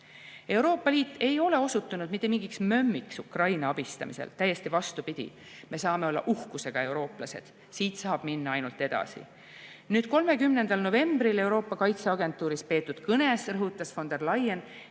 Euroopa Liit ei ole osutunud mingiks mömmiks Ukraina abistamisel. Täiesti vastupidi, me saame uhkusega olla eurooplased. Siit saab minna ainult edasi. Nüüd, 30. novembril Euroopa Kaitseagentuuris peetud kõnes rõhutas von der Leyen,